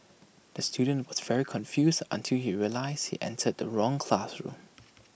the student was very confused until he realised he entered the wrong classroom